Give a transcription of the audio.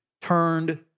turned